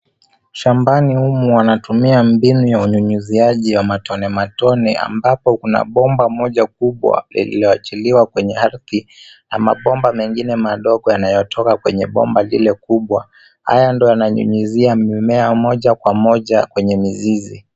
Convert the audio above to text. Shambani humu wanatumia mbinu ya unyunyuziaji ya matone matone ambapo kuna bomba moja kubwa iliyoachiliwa kwenye ardhi na mabomba mengine madogo yanayotoka kwenye bomba lile kubwa. Haya ndo yananyunyuzia mimea moja kwa moja kwenye mizizi.